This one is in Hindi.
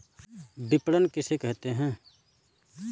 विपणन किसे कहते हैं?